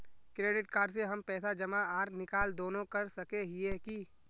Credit card से हम पैसा जमा आर निकाल दोनों कर सके हिये की?